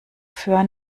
föhr